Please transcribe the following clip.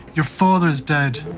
your father is dead.